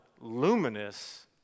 luminous